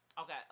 Okay